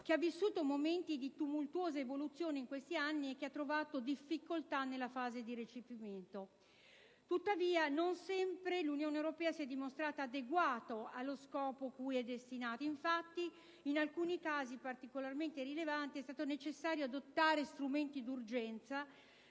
che ha vissuto momenti di tumultuosa evoluzione in questi anni e che ha trovato difficoltà nella fase di recepimento. Tuttavia, non sempre la legge comunitaria si è dimostrata adeguata allo scopo cui è destinata. Infatti, in alcuni casi particolarmente rilevanti è stato necessario adottare strumenti d'urgenza,